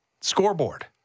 scoreboard